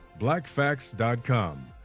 Blackfacts.com